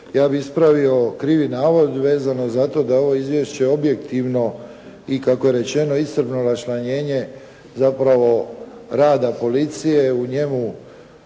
Ja bih ispravio krivi navod vezano za to da je ovo izvješće objektivno i kako je rečeno iscrpno raščlanjenje zapravo rada policije. U njemu